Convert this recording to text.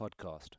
podcast